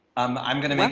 um i'm gonna